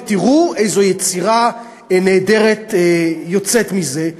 ותראו איזו יצירה נהדרת יוצאת מזה.